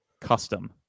Custom